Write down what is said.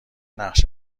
نقش